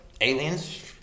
aliens